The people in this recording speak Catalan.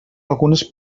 algunes